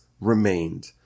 remained